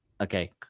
okay